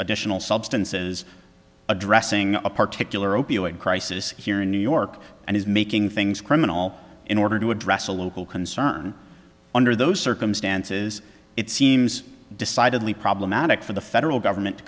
additional substances addressing a particular opioid crisis here in new york and is making things criminal in order to address a local concern under those circumstances it seems decidedly problematic for the federal government to